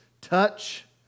touch